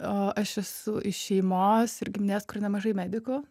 o aš esu iš šeimos ir giminės kur nemažai medikų